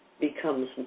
becomes